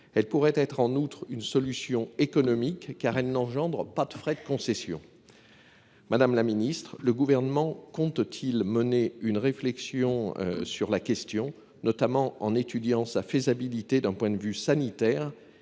Elle pourrait être en outre une solution économique, car elle n’engendre pas de frais de concession. Madame la ministre, le Gouvernement compte t il mener une réflexion sur la question, notamment en étudiant sa faisabilité d’un point de vue sanitaire,